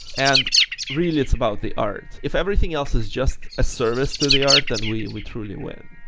and really, it's about the art. if everything else is just a service to the art, then we we truly win.